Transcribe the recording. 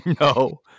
No